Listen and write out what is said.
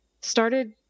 started